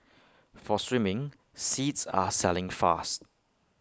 for swimming seats are selling fast